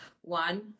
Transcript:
one